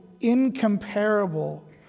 incomparable